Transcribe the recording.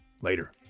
Later